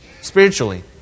spiritually